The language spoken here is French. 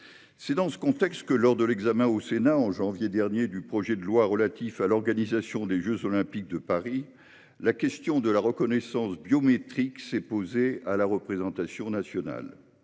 C'est dans ce contexte que, lors de l'examen au Sénat, en janvier dernier, du projet de loi relatif à l'organisation des jeux Olympiques de Paris, la question de la reconnaissance biométrique s'est posée à la représentation nationale.